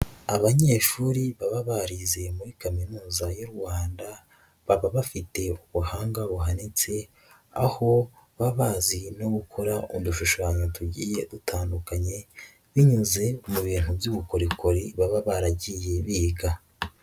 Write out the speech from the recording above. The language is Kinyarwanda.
Abanyeshuri baba barizeye muri kaminuza y'u Rwanda baba bafite ubuhanga buhanitse aho baba bazi no gukora udushushanyo tugiye dutandukanye binyuze mu bintu by'ubukorikori baba baragiye biga.